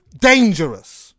dangerous